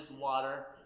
water